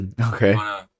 Okay